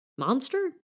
monster